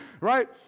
right